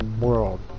world